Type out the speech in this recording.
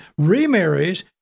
remarries